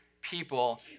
people